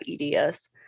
EDS